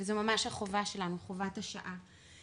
זה ממש החובה שלנו, חובת השעה.